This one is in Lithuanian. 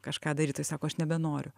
kažką daryt tai sako aš nebenoriu